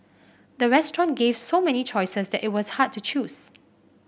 the restaurant gave so many choices that it was hard to choose